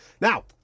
Now